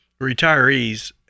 retirees